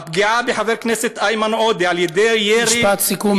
הפגיעה בחבר הכנסת איימן עודה על-ידי ירי.